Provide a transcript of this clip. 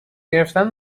گرفتن